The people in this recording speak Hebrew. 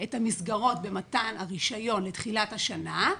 את המסגרות במתן הרישיון לתחילת השנה,